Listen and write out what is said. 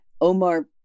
Omar